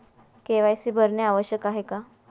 KYC भरणे आवश्यक आहे का?